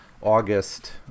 August